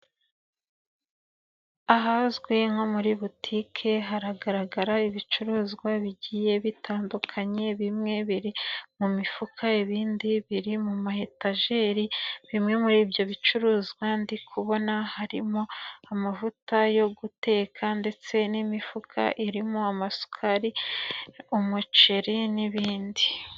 Ahazwi nko muri botike haragaragara ibicuruzwa bigiye bitandukanye, bimwe biri mu mifuka ibindi biri mu ma etajeri bimwe muri ibyo bicuruzwa ndi kubona harimo; amavuta yo guteka, ndetse n'imifuka irimo amasukari, umuceri, n'ibindi.